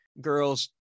girls